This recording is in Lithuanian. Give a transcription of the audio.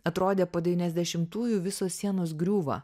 atrodė po devyniasdešimtųjų visos sienos griūva